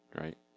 right